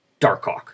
Darkhawk